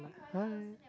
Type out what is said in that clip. hi